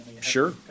sure